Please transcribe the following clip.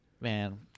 man